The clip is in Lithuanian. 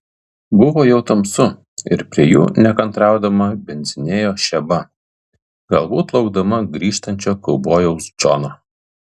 buvo jau tamsu ir prie jų nekantraudama bindzinėjo šeba galbūt laukdama grįžtančio kaubojaus džono